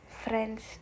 friends